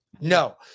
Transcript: No